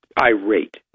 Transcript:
irate